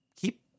keep